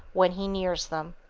when he nears them.